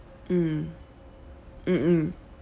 mm mm mm